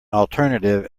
alternative